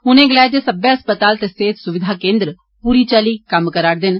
उनें गलाया जे सब्बै अस्पताल ते सेहत सुविघा केन्द्र पूरी चाल्ली कम्म करा रदे न